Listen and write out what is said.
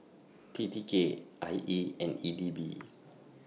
T T K I E and E D B